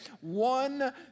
One